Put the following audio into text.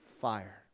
fire